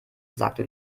sagte